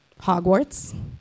Hogwarts